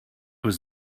was